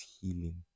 healing